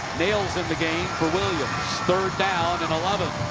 nails in the game for williams. third down and eleven.